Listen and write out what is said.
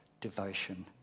devotion